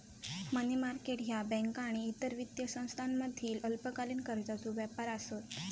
मनी market ह्या बँका आणि इतर वित्तीय संस्थांमधील अल्पकालीन कर्जाचो व्यापार आसत